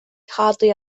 hardly